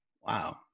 Wow